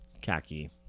khaki